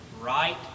right